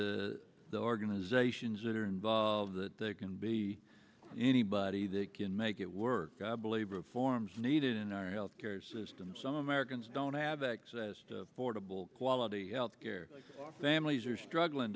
t the organizations that are involved that they can be anybody they can make it work i believe reforms needed in our health care system some americans don't have access to affordable quality health care families are struggling